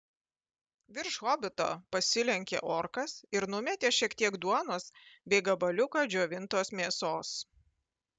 virš hobito pasilenkė orkas ir numetė šiek tiek duonos bei gabaliuką džiovintos mėsos